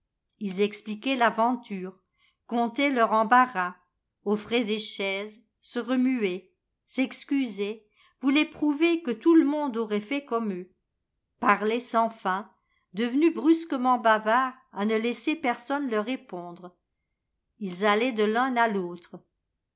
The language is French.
ifs exphquaient faventure contaient leur embarras offraient des chaises se remuaient s'excusaient voulaient prouver que tout le monde aurait fait comme eux parlaient sans fin le vieux loi devenus brusquement bavards à ne laisser personne leur répondre ils allaient de l'un à l'autre